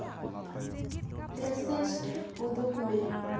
ᱯᱞᱮᱥᱤᱥᱴ ᱩᱫᱩᱜᱽ ᱢᱮ